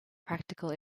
practical